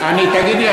תגידי,